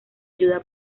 ayuda